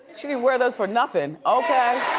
she didn't wear those for nothin'. okay.